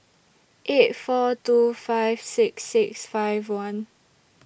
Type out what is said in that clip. eight four two five six six five one